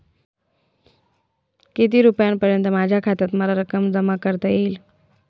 किती रुपयांपर्यंत माझ्या खात्यात मला रक्कम जमा करता येईल?